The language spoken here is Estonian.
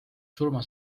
surma